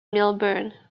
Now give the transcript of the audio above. millburn